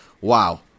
wow